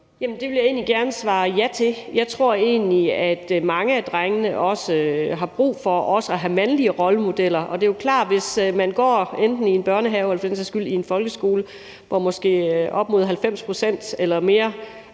Det vil jeg gerne svare ja til. Jeg tror egentlig, at mange af drengene har brug for også at have mandlige rollemodeller, og det er klart, at hvis man går enten i en børnehave eller i en folkeskole, hvor måske op mod 90 pct. eller mere